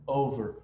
over